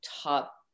top